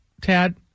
Tad